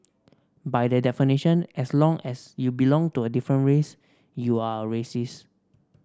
by that definition as long as you belong to a different race you are a racist